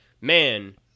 man